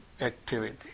activity